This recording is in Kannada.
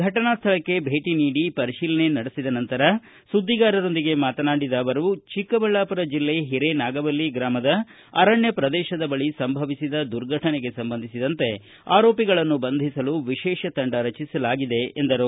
ಫಟನಾ ಸ್ಥಳಕ್ಕೆ ಭೇಟಿ ನೀಡಿ ಪರಿಶೀಲನೆ ನಡೆಸಿದ ನಂತರ ಸುದ್ದಿಗಾರರೊಂದಿಗೆ ಮಾತನಾಡಿದ ಅವರು ಚಿಕ್ಕಬಳ್ಳಾಪುರ ಜಿಲ್ಲೆ ಹಿರೇನಾಗವಲ್ಲಿ ಗ್ರಾಮದ ಅರಣ್ಣ ಪ್ರದೇಶದ ಬಳಿ ಸಂಭವಿಸಿದ ದುರ್ಘಟನೆಗೆ ಸಂಬಂಧಿಸಿದಂತೆ ಆರೋಪಿಗಳನ್ನು ಬಂಧಿಸಲು ವಿಶೇಷ ತಂಡ ರಚಿಸಲಾಗಿದೆ ಎಂದರು